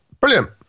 Brilliant